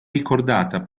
ricordata